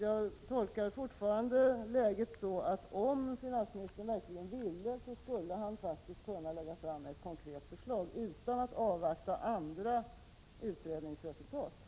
Jag tolkar läget så att om finansministern verkligen ville, skulle han kunna lägga fram ett konkret förslag utan att avvakta andra utredningsresultat.